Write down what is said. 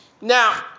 Now